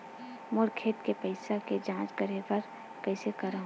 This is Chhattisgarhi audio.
मोर खाता के पईसा के जांच करे बर हे, कइसे करंव?